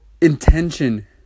intention